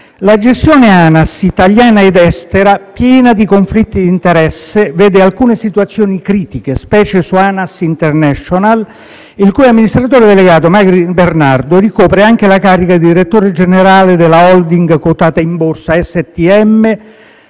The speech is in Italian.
La gestione ANAS italiana ed estera, piena di conflitti di interesse, vede alcune situazioni critiche, specie su Anas international enterprise, il cui amministratore delegato, Bernardo Magrì, ricopre anche la carica di direttore generale di una *holding* quotata in borsa